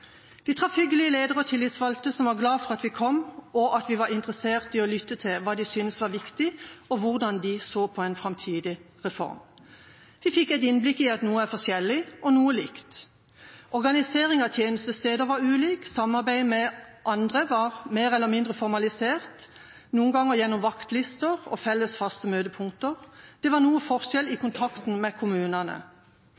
de syntes var viktig, og hvordan de så på en framtidig reform. Vi fikk et innblikk i at noe er forskjellig, og noe likt. Organiseringa av tjenestesteder var ulik, samarbeid med andre var mer eller mindre formalisert, noen ganger gjennom vaktlister og felles, faste møtepunkter. Det var noe forskjell i kontakten med kommunene.